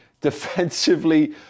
Defensively